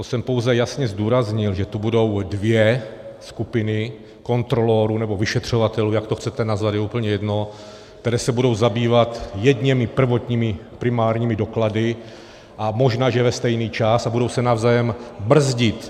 Já jsem jenom pouze jasně zdůraznil, že tu budou dvě skupiny kontrolorů, nebo vyšetřovatelů, jak to chcete nazvat, je úplně jedno, které se budou zabývat jedněmi prvotními primárními doklady, a možná že ve stejný čas a budou se navzájem brzdit.